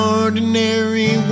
ordinary